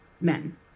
men